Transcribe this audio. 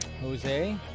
jose